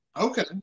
Okay